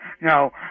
no